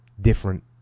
different